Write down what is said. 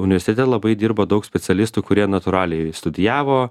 universitete labai dirba daug specialistų kurie natūraliai studijavo